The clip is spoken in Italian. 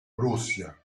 russia